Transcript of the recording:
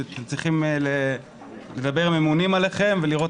אתם צריכים לדבר עם הממונים עליכם ולראות